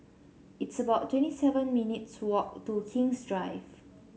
it's about twenty seven minutes' walk to King's Drive